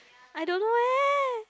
I don't know